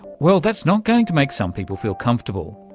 well, that's not going to make some people feel comfortable.